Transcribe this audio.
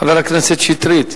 חבר הכנסת שטרית.